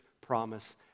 promise